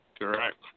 Correct